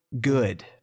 good